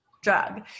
drug